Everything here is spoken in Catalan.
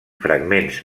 fragments